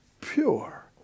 pure